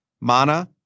mana